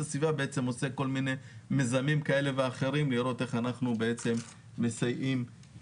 הסביבה עושה כל מיני מיזמים כאלה ואחרים לראות איך אפשר לסייע